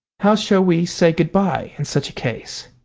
how shall we say good-bye in such a case?